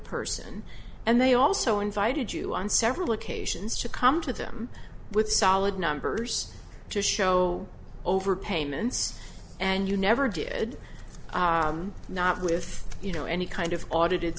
person and they also invited you on several occasions to come to them with solid numbers to show overpayments and you never did not with you know any kind of audited